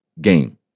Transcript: game